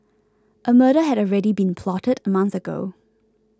a murder had already been plotted a month ago